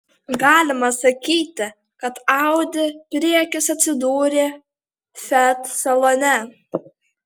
galima sakyti kad audi priekis atsidūrė fiat salone